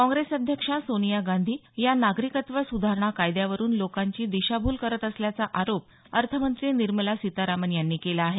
काँग्रेस अध्यक्षा सोनिया गांधी या नागरिकत्व सुधारणा कायद्यावरून लोकांची दिशाभूल करत असल्याचा आरोप अर्थमंत्री निर्मला सीतारामन यांनी केला आहे